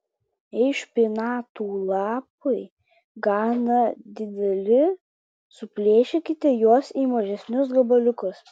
jei špinatų lapai gana dideli suplėšykite juos į mažesnius gabaliukus